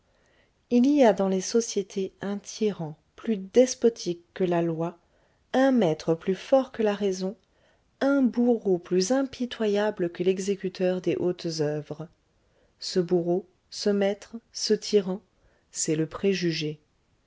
il y a dans les sociétés un tyran plus despotique que la loi un maître plus fort que la raison un bourreau plus impitoyable que l'exécuteur des hautes oeuvres ce bourreau ce maître ce tyran c'est le préjugé